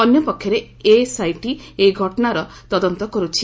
ଅନ୍ୟପକ୍ଷରେ ଏସ୍ଆଇଟି ଏହି ଘଟଣାର ତଦନ୍ତ କରୁଛି